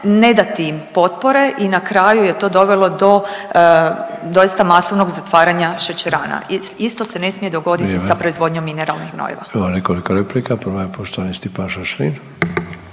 ne dati im potpore i na kraju je to dovelo do doista masovnog zatvaranja šećerana. Isto se ne smije dogoditi …/Upadica Sanader: Vrijeme./…